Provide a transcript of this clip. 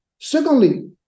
Secondly